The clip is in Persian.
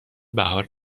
بهار